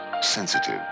sensitive